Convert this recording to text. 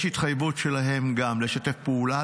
יש גם התחייבות שלהם לשתף פעולה,